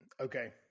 Okay